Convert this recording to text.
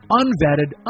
unvetted